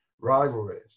rivalries